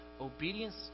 obedience